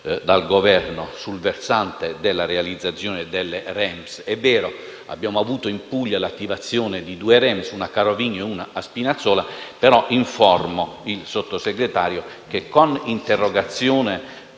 dal Governo sul versante della realizzazione delle REMS. È vero che abbiamo avuto in Puglia l'attivazione di due REMS, una a Carovigno e una a Spinazzola, però informo il Sottosegretario che, con l'interrogazione